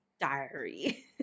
diary